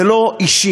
זה לא אישי.